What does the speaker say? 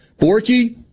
Borky